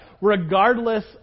regardless